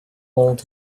hold